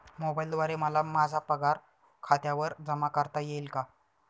मोबाईलद्वारे मला माझा पगार खात्यावर जमा करता येईल का?